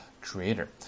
creator